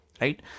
Right